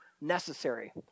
necessary